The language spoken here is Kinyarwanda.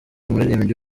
umuririmbyi